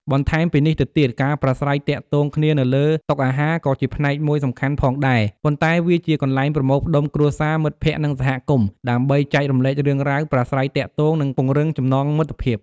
បន្ថែមពីនេះទៅទៀត ការប្រាស្រ័យទាក់ទងគ្នានៅលើតុអាហារក៏ជាផ្នែកមួយសំខាន់ផងដែរ ប៉ុន្តែវាជា កន្លែងប្រមូលផ្តុំគ្រួសារ មិត្តភ័ក្តិ និងសហគមន៍ ដើម្បីចែករំលែករឿងរ៉ាវ ប្រាស្រ័យទាក់ទង និងពង្រឹងចំណងមិត្តភាព។